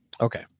okay